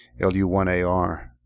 LU1AR